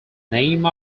name